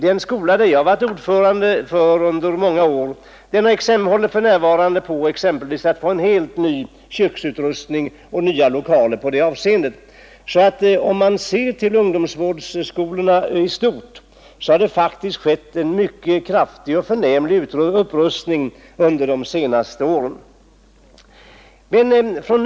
Den skola som jag har varit ordförande för under många år håller för närvarande på att få en helt ny köksutrustning och nya kökslokaler. Om man ser till ungdomsvårdsskolorna i stort, finner man att det faktiskt har skett en mycket kraftig och förnämlig upprustning under de senaste åren.